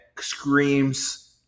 screams